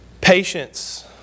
Patience